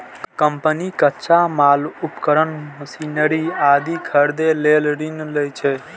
company कच्चा माल, उपकरण, मशीनरी आदि खरीदै लेल ऋण लै छै